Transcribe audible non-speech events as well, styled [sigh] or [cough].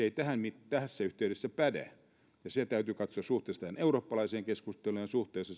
[unintelligible] ei tässä yhteydessä päde ja se täytyy katsoa suhteessa eurooppalaiseen keskusteluun ja suhteessa [unintelligible]